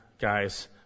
guys